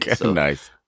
Nice